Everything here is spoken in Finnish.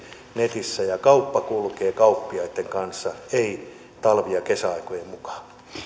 netissä ja kauppa kulkee kauppiaitten kanssa ei talvi ja kesäaikojen mukaan